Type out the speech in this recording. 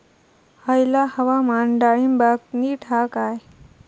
हयला हवामान डाळींबाक नीट हा काय?